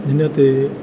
ਜਿਨ੍ਹਾਂ 'ਤੇ